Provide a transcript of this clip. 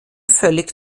völlig